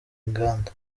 inganda